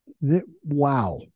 Wow